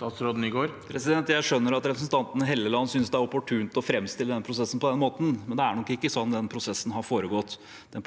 Jeg skjønner at representanten Trond Helleland synes det er opportunt å framstille denne prosessen på den måten, men det er nok ikke sånn den prosessen har foregått. Det har